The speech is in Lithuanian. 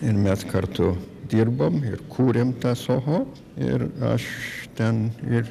ir mes kartu dirbom ir kūrėm tą soho ir aš ten ir